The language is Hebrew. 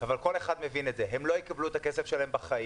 אבל כל אחד מבין את זה: הם לא יקבלו את הכסף שלהם בחיים.